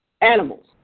animals